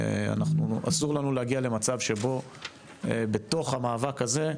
אסור לנו להגיע למצב שבו בתוך המאבק הזה,